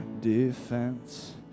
defense